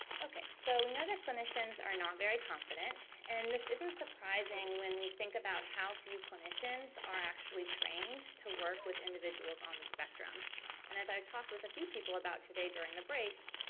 so we know that clinicians are not very confident and this isn't surprising when we think about how few clinicians are actually trained to work with individuals on the spectrum and as i talk with a few people about today during the breaks,